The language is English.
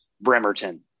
Bremerton